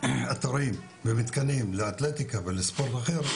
מתקנים ואתרים לאתלטיקה ולספורט אחר,